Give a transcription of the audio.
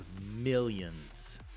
millions